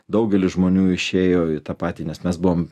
daugelis žmonių išėjo į tą patį nes mes buvom